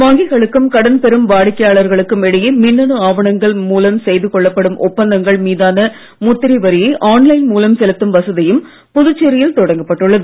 வங்கிகளுக்கும் கடன் பெறும் வாடிக்கையாளர்களுக்கும் இடையே மின்னணு ஆவணங்கள் மூலம் செய்து கொள்ளப்படும் ஒப்பந்தங்கள் மீதான முத்திரை வரியை ஆன் லைன் மூலம் செலுத்தும் வசதியும் புதுச்சேரியில் தொடங்கப்பட்டுள்ளது